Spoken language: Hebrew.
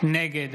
נגד